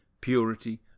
purity